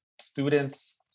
students